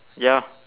ya